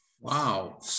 Wow